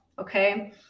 okay